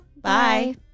bye